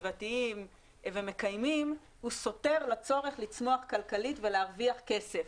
סביבתיים ומקיימים סותר את הצורך לצמוח כלכלית ולהרוויח כסף